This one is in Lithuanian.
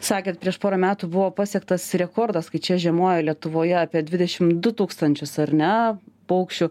sakėt prieš porą metų buvo pasiektas rekordas kai čia žiemoja lietuvoje apie dvidešim du tūkstančius ar ne paukščių